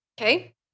Okay